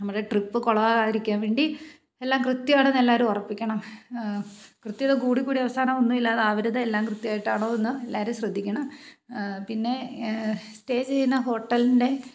നമ്മുടെ ട്രിപ്പ് കുളമാവാതിരിക്കാൻ വേണ്ടി എല്ലാം കൃത്യമാണെന്ന് എല്ലാവരും ഉറപ്പിക്കണം കൃത്യത കൂടിക്കൂടി അവസാനം ഒന്നും ഇല്ലാതാവരുത് എല്ലാം കൃത്യമായിട്ടാണോ എന്ന് എല്ലാവരും ശ്രദ്ധിക്കണം പിന്നെ സ്റ്റേ ചെയ്യുന്ന ഹോട്ടലിൻ്റെ